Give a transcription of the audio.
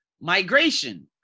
migration